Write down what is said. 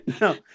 No